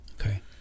Okay